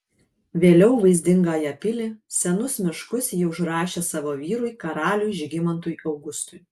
vėliau vaizdingąją pilį senus miškus ji užrašė savo vyrui karaliui žygimantui augustui